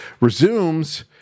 resumes